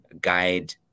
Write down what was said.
guide